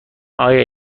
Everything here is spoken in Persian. آیا